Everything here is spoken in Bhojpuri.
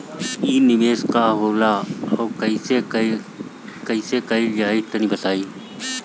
इ निवेस का होला अउर कइसे कइल जाई तनि बताईं?